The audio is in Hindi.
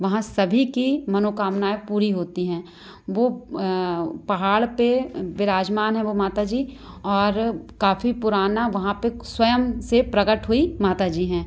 वहाँ सभी की मनोकामनाएँ पूरी होती हैं वह पहाड़ पर विराजमान है वह माताजी और काफ़ी पुराना वहाँ पर स्वयं से प्रकट हुई माताजी हैं